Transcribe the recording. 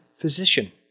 physician